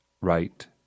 right